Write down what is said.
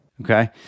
Okay